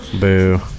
Boo